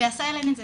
ובעשהאל אין את זה.